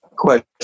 question